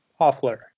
hoffler